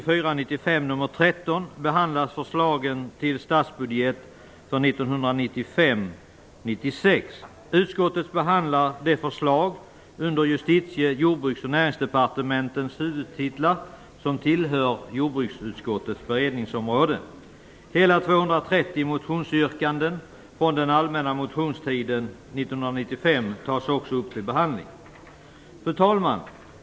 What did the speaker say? Fru talman! I jordbruksutskottets betänkande Justitie-, Jordbruks och Näringsdepartementens huvudtitlar som tillhör jordbruksutskottets beredningsområde. Hela 230 motionsyrkanden från den allmänna motionstiden 1995 tas också upp till behandling. Fru talman!